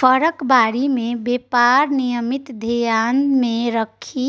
फरक बारी मे बेपार निमित्त धेआन मे राखि